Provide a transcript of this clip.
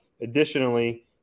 Additionally